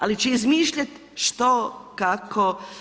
Ali će izmišljat što, kako.